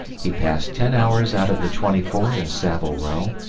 he passed ten hours out of the twenty-four in saville row,